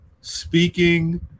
Speaking